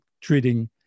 treating